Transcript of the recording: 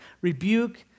rebuke